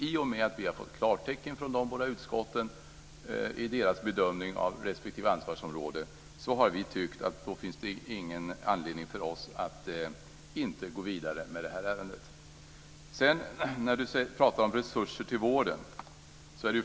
I och med att vi har fått klartecken från de båda utskotten i deras bedömning av respektive ansvarsområde har vi tyckt att det inte finns någon anledning för oss att inte gå vidare med ärendet. Chris Heister pratar om resurser till vården.